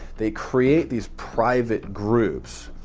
they create these private groups.